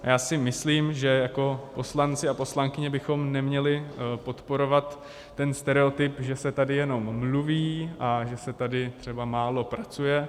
A já si myslím, že jako poslanci a poslankyně bychom neměli podporovat stereotyp, že se tady jenom mluví a že se tady třeba málo pracuje.